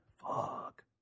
Fuck